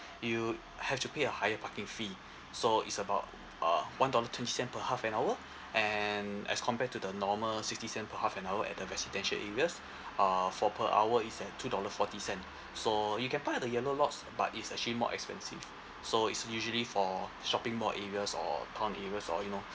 you have to pay a higher parking fee so it's about uh one dollar ten cent per half an hour and as compared to the normal sixty cent per half an hour at a residential areas uh for per hour is a two dollar forty cent so you can park at the yellow lots but it's actually more expensive so it's usually for shopping mall areas or town areas or you know